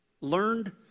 Learned